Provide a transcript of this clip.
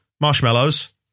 marshmallows